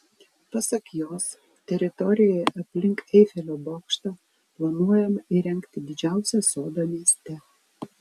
pasak jos teritorijoje aplink eifelio bokštą planuojama įrengti didžiausią sodą mieste